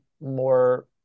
more